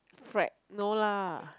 frag no lah